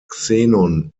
xenon